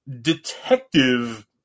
detective